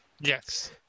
yes